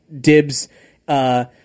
Dib's